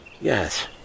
yes